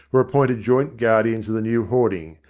were appointed joint guardians of the new hoarding,